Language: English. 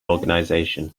organization